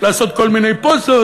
לעשות כל מיני פוזות,